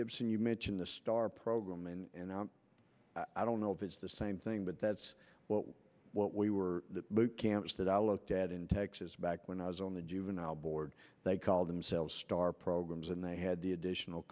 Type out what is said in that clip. gibson you mention the star program and i don't know if it's the same thing but that's what we were the boot camps that i looked at in texas back when i was on the juvenile board they call themselves star programs and they had the additional